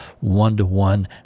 one-to-one